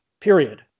period